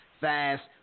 fast